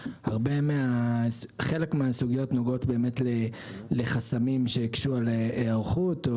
חלק מהסוגיות נוגעות באמת לחסמים שקשורים להיערכות.